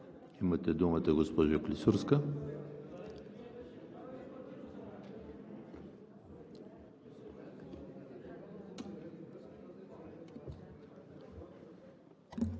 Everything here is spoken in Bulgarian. Имате думата, госпожо Клисурска.